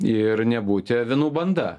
ir nebūti avinų banda